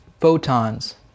photons